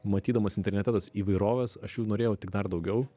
matydamas internete tas įvairoves aš jų norėjau tik dar daugiau